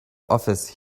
office